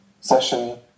session